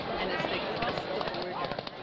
and as they crossed the border,